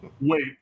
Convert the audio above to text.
Wait